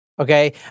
Okay